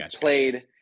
played